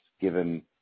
given